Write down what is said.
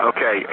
Okay